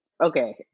okay